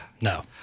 No